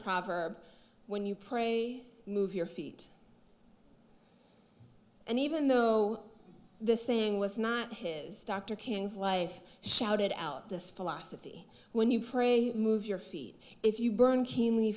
proverb when you pray move your feet and even though this thing was not his dr king's life shouted out this philosophy when you pray move your feet if you burn keenly